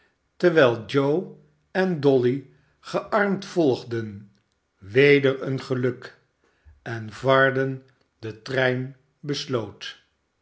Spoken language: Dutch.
terwijl joe en dolly gearmd volgden weder een geluk en varden den trein besloot